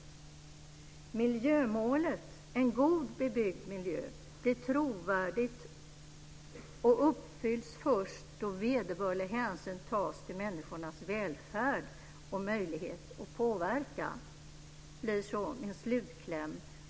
Miljömålet En god bebyggd miljö blir trovärdigt och uppfylls först då vederbörlig hänsyn tas till människornas välfärd och möjlighet att påverka, blir min slutkläm.